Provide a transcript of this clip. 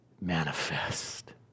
manifest